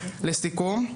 לסיכום,